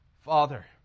Father